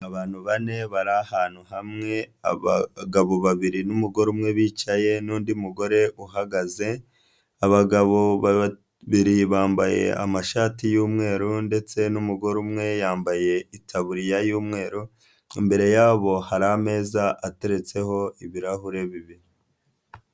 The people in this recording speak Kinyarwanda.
Abantu bane bari ahantu hamwe, abagabo babiri n'umugore umwe bicaye, n'undi mugore uhagaze, abagabo babiri bambaye amashati y'umweru ndetse n'umugore umwe yambaye itaburiya y'umweru, imbere yabo hari ameza ateretseho ibirahure bibiri.